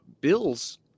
Bills